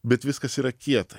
bet viskas yra kieta